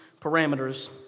parameters